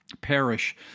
perish